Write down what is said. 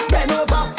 Benova